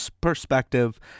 perspective